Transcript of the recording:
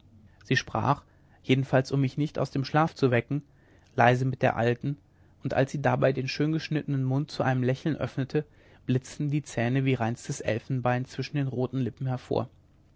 sie sprach jedenfalls um mich nicht aus dem schlaf zu wecken leise mit der alten und als sie dabei den schön geschnittenen mund zu einem lächeln öffnete blitzten die zähne wie reinstes elfenbein zwischen den roten lippen hervor